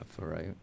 right